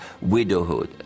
widowhood